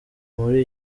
muri